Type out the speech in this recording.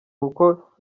uko